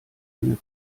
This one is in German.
eine